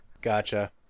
gotcha